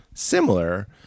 similar